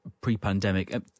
pre-pandemic